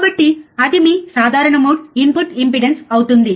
కాబట్టి అది మీ సాధారణ మోడ్ ఇన్పుట్ ఇంపెడెన్స్ అవుతుంది